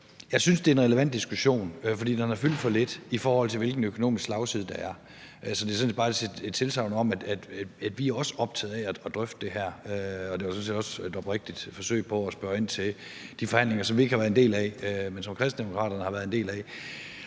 er, synes jeg det er en relevant diskussion, for den har fyldt for lidt, i forhold til hvilken økonomisk slagside der er. Så det er faktisk et tilsagn om, at vi også er optaget af at drøfte det her, og det var sådan set også et oprigtigt forsøg på at spørge ind til de forhandlinger, som vi ikke har været en del af, men som Kristendemokraterne har været en del af,